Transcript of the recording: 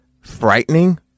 frightening